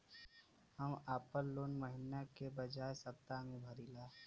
हम आपन लोन महिना के बजाय सप्ताह में भरीला